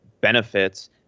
benefits